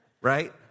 right